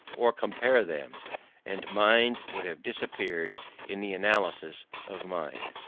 or compare them and mind would have disappeared in the analysis of mind.